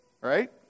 Right